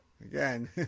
Again